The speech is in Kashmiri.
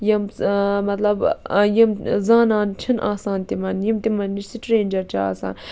یِم مطلب یِم زانان چھِ نہٕ آسان تِمن یِم تِمن نِش سِٹرینجر چھِ آسان